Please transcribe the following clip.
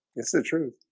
it's the truth